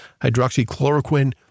hydroxychloroquine